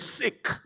sick